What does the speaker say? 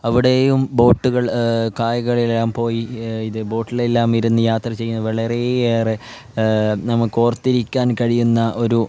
അവിടെയും ബോട്ടുകൾ കായലുകളിലെല്ലാം പോയി ഇത് ബോട്ടിലെല്ലാം ഇരുന്ന് യാത്ര ചെയ്യുന്നത് വളരെയേറെ നമ്മൾക്ക് ഓർത്തിരിക്കാൻ കഴിയുന്ന ഒരു